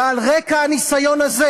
ועל רקע הניסיון הזה,